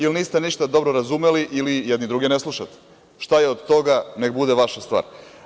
Ili niste ništa dobro razumeli, ili jedni druge ne slušate, šta je od toga, neka bude vaša stvar.